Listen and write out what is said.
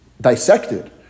dissected